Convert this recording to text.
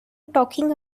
talking